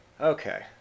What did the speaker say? Okay